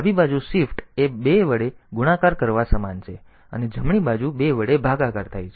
ડાબી બાજુ શિફ્ટ એ 2 વડે ગુણાકાર કરવા સમાન છે અને જમણી બાજુ 2 વડે ભાગાકાર થાય છે